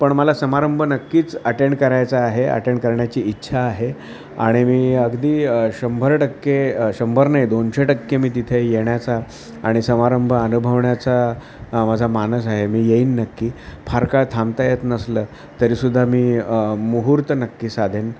पण मला समारंभ नक्कीच अटेंड करायचा आहे अटेंड करण्याची इच्छा आहे आणि मी अगदी शंभर टक्के शंभर नाही दोनशे टक्के मी तिथे येण्याचा आणि समारंभ अनुभवण्याचा माझा मानस आहे मी येईन नक्की फार काळ थांबता येत नसलं तरीसुद्धा मी मुहूर्त नक्की साधेन